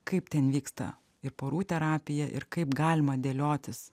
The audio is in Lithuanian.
kaip ten vyksta ir porų terapija ir kaip galima dėliotis